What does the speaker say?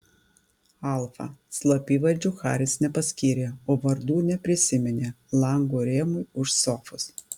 alfa slapyvardžių haris nepaskyrė o vardų neprisiminė lango rėmui už sofos